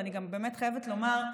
ואני גם חייבת לומר,